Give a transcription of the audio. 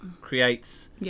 creates